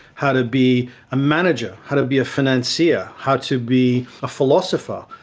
how to be a manager, how to be a financier, how to be a philosopher,